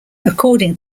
according